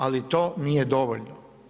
Ali to nije dovoljno.